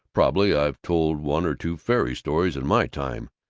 probably i've told one or two fairy stories in my time,